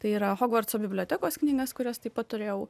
tai yra hogvartso bibliotekos knygas kurias taip pat turėjau